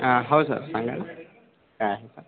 हो सर सांगा ना काय आहे का